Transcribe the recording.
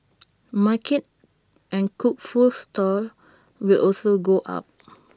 market and cooked food stalls will also go up